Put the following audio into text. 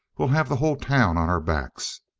we'll have the whole town on our backs.